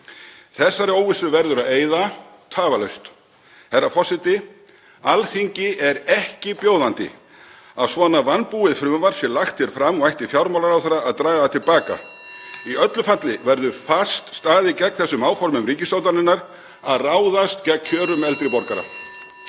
Þessari óvissu verður að eyða tafarlaust. Herra forseti. Alþingi er ekki bjóðandi að svona vanbúið frumvarp sé lagt hér fram og ætti fjármálaráðherra að draga það til baka. (Forseti hringir.) Í öllu falli verður fast staðið gegn þessum áformum ríkisstjórnarinnar um að ráðast gegn kjörum eldri borgara.